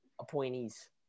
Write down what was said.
appointees